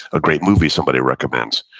a great movie somebody recommends.